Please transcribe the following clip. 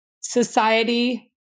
society